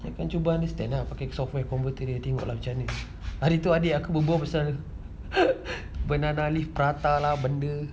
dia akan cuba understand lah pakai software tengok macam mana hari itu adik saya berbual pasal banana leaf prata lah benda